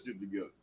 together